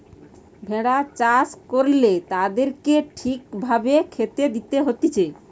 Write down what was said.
ভেড়া চাষ করলে তাদেরকে ঠিক ভাবে খেতে দিতে হতিছে